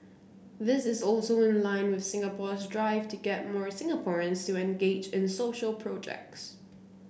this is also in line with Singapore's drive to get more Singaporeans to engage in social projects